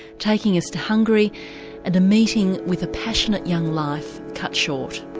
taking us to hungary and a meeting with a passionate young life cut short.